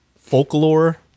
folklore